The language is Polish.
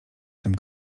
tym